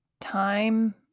time